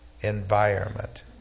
environment